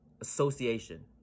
Association